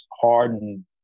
hardened